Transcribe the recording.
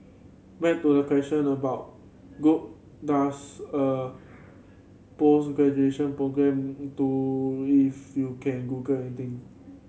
back to the question about good does a programme do if you can Google anything